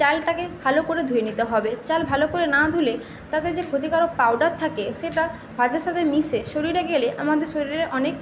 চালটাকে ভালো করে ধুয়ে নিতে হবে চাল ভালো করে না ধুলে তাতে যে ক্ষতিকারক পাওডার থাকে সেটা ভাতের সাথে মিশে শরীরে গেলে আমাদের শরীরের অনেক